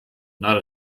not